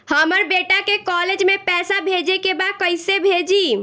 हमर बेटा के कॉलेज में पैसा भेजे के बा कइसे भेजी?